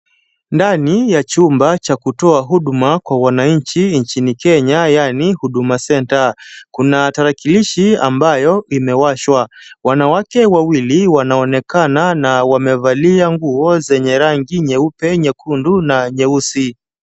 Ndani ya chumba cha kutoa huduma kwa wananchi nchini Kenya yaani Huduma Center, kuna tarakilishi ambayo imewashwa. Wanawake wawili wanaonekana na wamevalia nguo zenye rangi nyeupe, nyekundu na nyeusi.